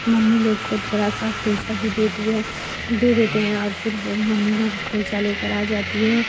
mummy लोग को थोड़ा सा खोइंचा भी देती है दे देते हैं और फिर वो मम्मी लोग खोइंचा लेकर आ जाती हैं